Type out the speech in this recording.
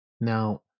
Now